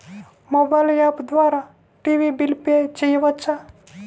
Mobile app ద్వారా TV bill pay చేయవచ్చా?